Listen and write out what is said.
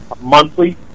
monthly